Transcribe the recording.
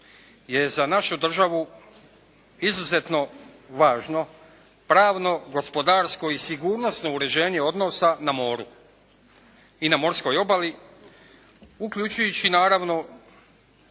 je za našu državu izuzetno važno pravno, gospodarsko i sigurnosno uređenje odnosa na moru i na morskoj obali, uključujući naravno